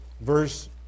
verse